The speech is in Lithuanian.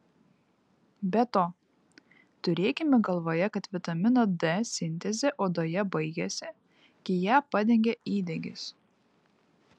be to turėkime galvoje kad vitamino d sintezė odoje baigiasi kai ją padengia įdegis